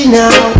now